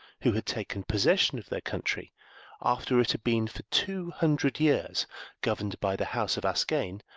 who had taken possession of their country after it had been for two hundred years governed by the house of ascagne,